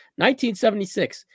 1976